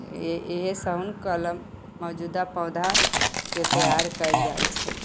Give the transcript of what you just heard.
इहे सब कलम मौजूदा पौधा के तैयार कयल जाइ छै